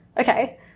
okay